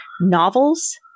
novels